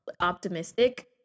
optimistic